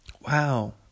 wow